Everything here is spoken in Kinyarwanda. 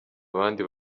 abandi